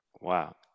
Wow